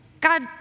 God